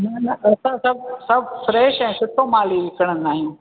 न न असां सभु सभु फ्रेश ऐं सुठो माल ही विकणंदा आहियूं